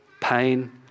pain